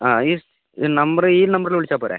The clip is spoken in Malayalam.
ആ ഈ നമ്പറ് ഈ നമ്പറിൽ വിളിച്ചാൽ പോരേ